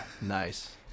nice